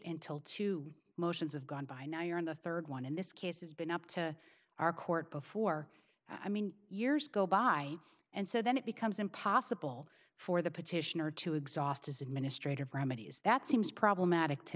until two motions of gone by now you're in the third one in this case has been up to our court before i mean years go by and so then it becomes impossible for the petitioner to exhaust his administrative remedies that seems problematic to